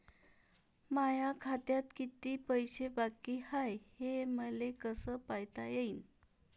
माया खात्यात किती पैसे बाकी हाय, हे मले कस पायता येईन?